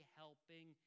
helping